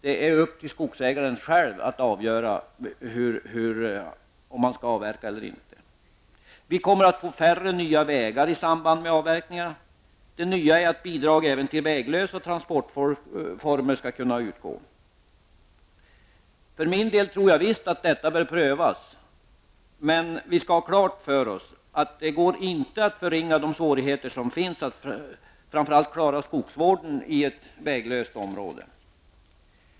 Det är upp till skogsägaren själv att avgöra om han skall avverka eller inte. Vi kommer att få färre nya vägar i samband med avverkningarna. Det nya är att bidrag skall kunna utgå även till transportformer för väglöst land. För min del tror jag visst att detta bör prövas, men vi skall ha klart för oss att det inte går att förringa de svårigheter som finns, framför allt med att klara skogsvården i ett väglöst område.